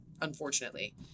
unfortunately